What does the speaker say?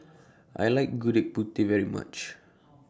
I like Gudeg Putih very much